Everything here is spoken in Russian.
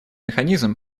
механизм